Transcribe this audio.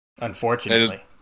Unfortunately